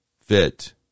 fit